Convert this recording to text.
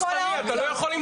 אתה סוגר את כל האופציות.